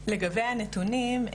לגבי הנתונים,